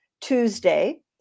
Tuesday